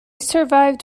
survived